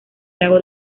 lago